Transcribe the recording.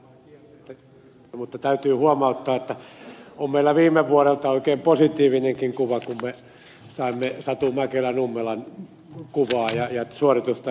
yleensä kun aseista puhutaan ja sitten lehdissä kirjoitetaan niin saadaan vain kielteiset puolet esiin mutta täytyy huomauttaa että on meillä viime vuodelta oikein positiivinenkin kuva kun me saimme satu mäkelä nummelan kuvaa ja suoritusta ihailla